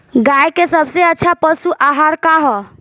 गाय के सबसे अच्छा पशु आहार का ह?